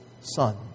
son